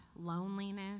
loneliness